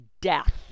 death